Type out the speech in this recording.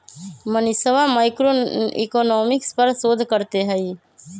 मनीषवा मैक्रोइकॉनॉमिक्स पर शोध करते हई